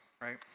right